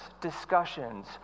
discussions